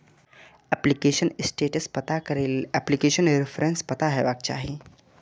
application status पता करै लेल एप्लीकेशन रेफरेंस पता हेबाक चाही